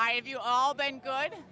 i have you all been good